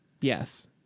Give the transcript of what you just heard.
Yes